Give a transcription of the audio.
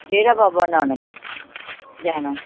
ਡੇਰਾ ਬਾਬਾ ਨਾਨਕ ਜਾਣਾ